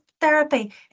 therapy